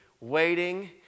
waiting